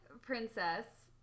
princess